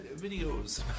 videos